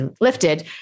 lifted